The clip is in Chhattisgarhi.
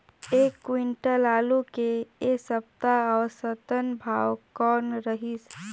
एक क्विंटल आलू के ऐ सप्ता औसतन भाव कौन रहिस?